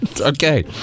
Okay